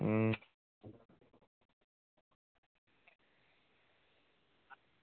अं